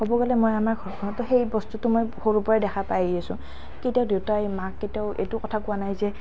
ক'ব গ'লে মই আমাৰ ঘৰখনতো সেই বস্তুটো মই সৰুৰ পৰাই দেখা পাই আহি আছোঁ কেতিয়াও দেউতাই মাক কেতিয়াও এইটো কথা কোৱা নাই যে